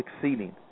succeeding